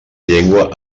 llengua